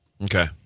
Okay